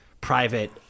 private